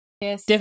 yes